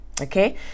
Okay